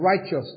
righteous